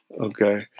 okay